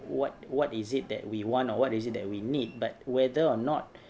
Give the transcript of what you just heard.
what what is it that we want or what is it that we need but whether or not